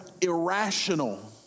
irrational